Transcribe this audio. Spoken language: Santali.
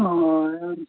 ᱦᱳᱭ ᱟᱨ